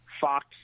Fox